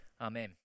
Amen